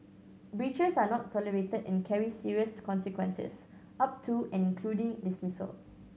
breaches are not tolerated and carry serious consequences up to and including dismissal